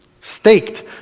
staked